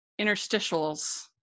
interstitials